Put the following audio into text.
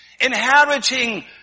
inheriting